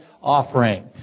offering